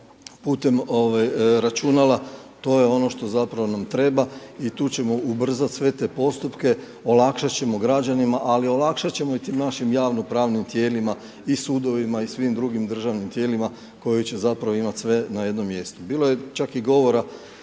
putem računala to je ono što nam treba i tu ćemo ubrzati sve te postupke, olakšat ćemo građanima ali olakšati ćemo i tim našim javnopravnim tijelima i sudovima i svim drugim državnim tijelima koji će imati sve na jednom mjestu. Bilo je čak i govora